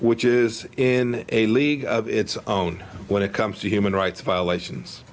which is in a league of its own when it comes to human rights violations